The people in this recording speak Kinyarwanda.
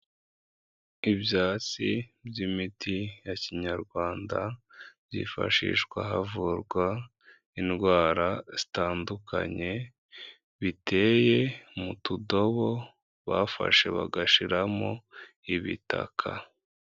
Ibyasi by'imiti ya kinyarwanda byifashishwa havurwa indwara zitandukanye biteye mu tudobo bafashe bagashiramo ibitaka.